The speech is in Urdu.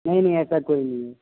نہیں نہیں ایسا کوئی نہیں ہے